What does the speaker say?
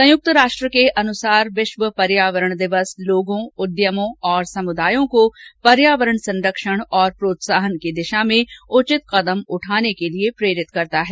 संयुक्त राष्ट्र के अनुसार विश्व पर्यावरण दिवस लोगों उद्यमों और समुदायों को पर्यावरण संरक्षण और प्रोत्साहन की दिशा में उचित कदम उठाने के लिए प्रेरित करता है